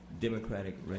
Democratic